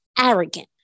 arrogant